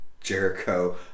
Jericho